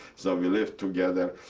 so we live together.